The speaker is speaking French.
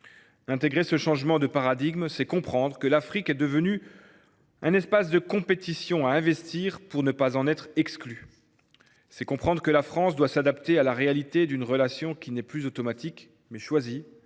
Intégrer ce changement de paradigme, c’est comprendre que l’Afrique est devenue un espace de compétition à investir pour ne pas en être exclu. C’est comprendre que la France doit s’adapter à la réalité d’une relation qui est non plus automatique, mais choisie,